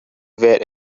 were